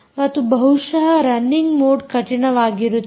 ಮತ್ತು ಬಹುಶಃ running mode ಕಠಿಣವಾಗಿರುತ್ತದೆ